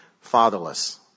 fatherless